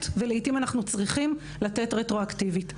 ולעיתים אנחנו צריכים לתת רטרואקטיבית.